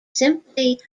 simply